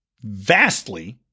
vastly